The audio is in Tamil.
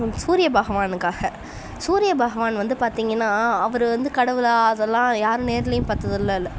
சூரிய பகவானுக்காக சூரிய பகவான் வந்து பார்த்திங்கன்னா அவர் வந்து கடவுளாக அதல்லாம் யாரும் நேரிலேயும் பார்த்ததுலாம் இல்லை